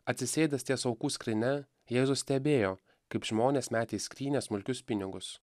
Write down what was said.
atsisėdęs ties aukų skrynia jėzus stebėjo kaip žmonės metė į skrynią smulkius pinigus